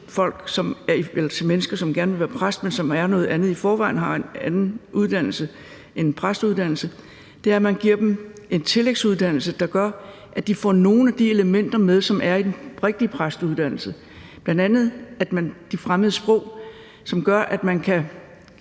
som gerne vil være præst, men som er noget andet i forvejen og har en anden uddannelse end en præsteuddannelse, giver en tillægsuddannelse, der gør, at de får nogle af de elementer med, som er i den rigtige præsteuddannelse, bl.a. det med de fremmede sprog, som gør, at man kan